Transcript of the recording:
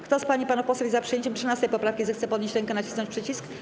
Kto z pań i panów posłów jest za przyjęciem 13. poprawki, zechce podnieść rękę i nacisnąć przycisk.